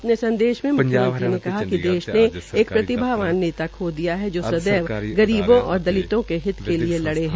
अपने संदेश में म्ख्यमंत्री ने कहा कि देश ने एक प्रतिभावान नेता खो दिया है जो सदैव गरीबों और दलितों के हित के लिए लड़े है